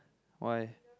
why